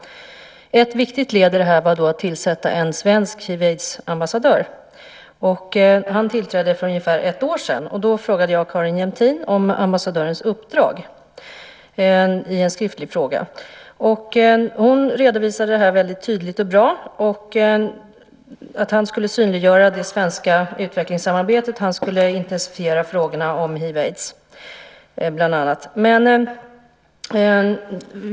Ett viktigt led var att tillsätta en svensk hiv aids.